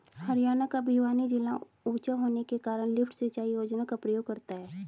हरियाणा का भिवानी जिला ऊंचा होने के कारण लिफ्ट सिंचाई योजना का प्रयोग करता है